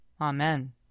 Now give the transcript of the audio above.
Amen